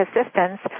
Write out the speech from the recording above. assistance